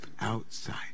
outside